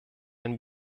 ein